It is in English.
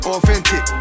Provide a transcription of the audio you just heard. authentic